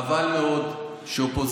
חבל מאוד שהאופוזיציה,